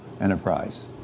Enterprise